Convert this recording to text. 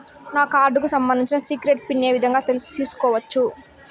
నా కార్డుకు సంబంధించిన సీక్రెట్ పిన్ ఏ విధంగా తీసుకోవచ్చు?